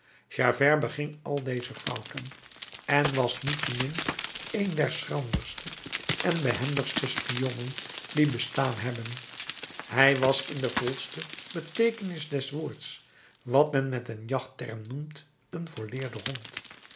javert beging al deze fouten en was niettemin een der schranderste en behendigste spionnen die bestaan hebben hij was in de volste beteekenis des woords wat men met een jachtterm noemt een volleerde hond